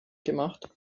gemacht